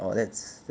orh that's